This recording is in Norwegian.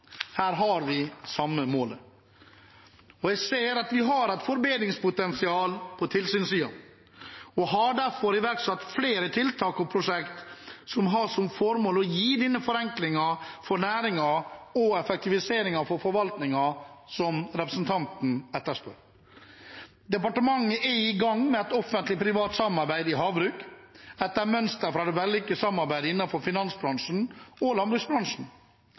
Her har vi samme målet. Jeg ser at vi har et forbedringspotensial på tilsynssiden, og har derfor iverksatt flere tiltak og prosjekt som har som formål å gi denne forenklingen for næringen og effektiviseringen for forvaltningen som representanten etterspør. Departementet er i gang med et offentlig-privat samarbeid i havbruk etter mønster fra det vellykkede samarbeidet innenfor finansbransjen og landbruksbransjen.